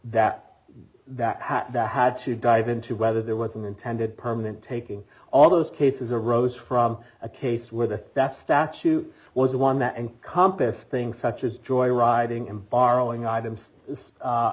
that that had to dive into whether there was an intended permanent taking all those cases arose from a case where the that statute was the one that encompassed things such as joyriding and borrowing items